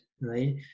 right